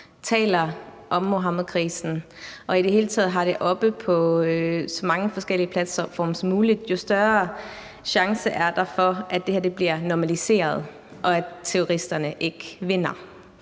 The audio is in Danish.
taler om Muhammedkrisen og i det hele taget har det oppe på så mange forskellige platforme som muligt, jo større chance er der for, at det bliver normaliseret, og at terroristerne ikke vinder.